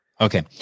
Okay